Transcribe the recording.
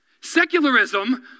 Secularism